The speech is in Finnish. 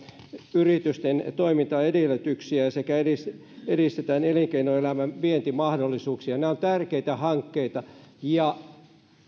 yritysten toimintaedellytyksiä sekä edistetään elinkeinoelämän vientimahdollisuuksia nämä ovat tärkeitä hankkeita